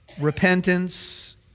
repentance